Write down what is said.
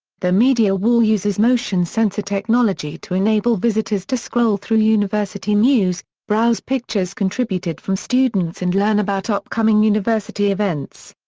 the media wall uses motion-sensor technology to enable visitors to scroll through university news, news, browse pictures contributed from students and learn about upcoming university events.